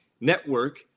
network